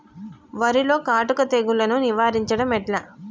వరిలో కాటుక తెగుళ్లను నివారించడం ఎట్లా?